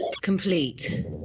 complete